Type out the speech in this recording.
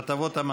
הצעת